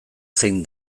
zein